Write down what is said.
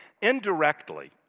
indirectly